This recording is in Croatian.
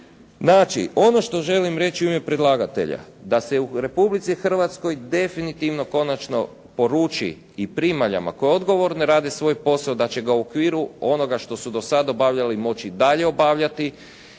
Znači, ono što želim reći u ime predlagatelja, da se u Republici Hrvatskoj definitivno konačno poruči i primaljama koje odgovorno rade svoj posao da će ga u okviru onoga što su do sad obavljali moći i dalje obavljati.